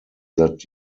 that